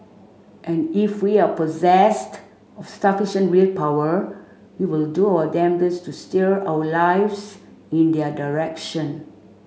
and if we are possessed sufficient willpower we will do our damnedest to steer our lives in their direction